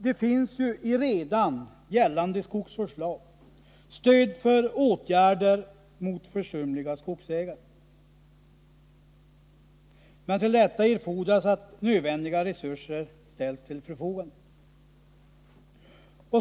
Det finns ju redan i gällande skogsvårdslag stöd för åtgärder mot försumliga skogsägare, men till detta erfordras att nödvändiga resurser ställs till förfogande.